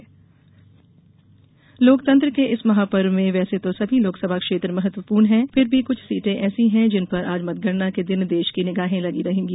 प्रमुख उम्मीदवार लोकतंत्र के इस महापर्व में वैसे तो सभी लोकसभा क्षेत्र महत्वपूर्ण हैं फिर भी कुछ सीटें ऐसी हैं जिन पर आज मतगणना के दिन देश की निगाहें लगी रहेंगी